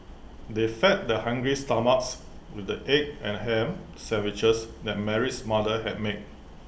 they fed their hungry stomachs with the egg and Ham Sandwiches that Mary's mother had made